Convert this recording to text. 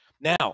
Now